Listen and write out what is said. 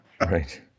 Right